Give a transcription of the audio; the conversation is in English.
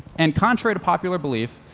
and contrary to popular belief,